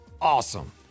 awesome